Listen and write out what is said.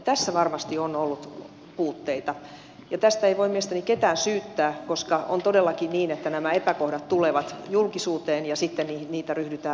tässä varmasti on ollut puutteita ja tästä ei voi mielestäni ketään syyttää koska on todellakin niin että nämä epäkohdat tulevat julkisuuteen ja sitten niitä ryhdytään ratkaisemaan